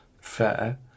fair